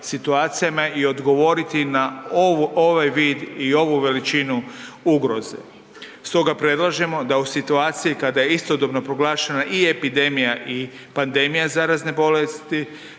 i odgovoriti na ovaj vid i ovu veličinu ugroze. Stoga predlažemo da u situaciji kada je istodobno proglašena i epidemija i pandemija zarazne bolesti,